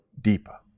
deeper